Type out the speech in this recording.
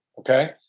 Okay